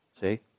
See